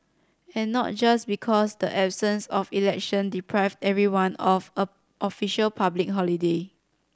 and not just because the absence of election deprived everyone of a official public holiday